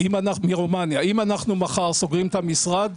אם אנחנו מחר סוגרים את המשרד,